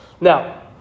Now